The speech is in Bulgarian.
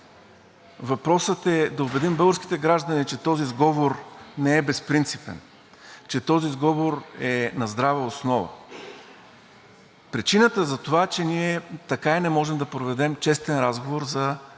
въпросът е да убедим българските граждани, че този сговор не е безпринципен, че този сговор е на здрава основа. Причината за това е, че ние така и не можем да проведем честен разговор за